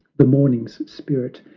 the morning's spirit,